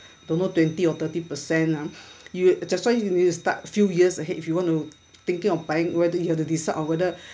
don't know twenty or thirty percent ah you that's why you need to start few years ahead if you want to thinking of buying whether you have to decide or whether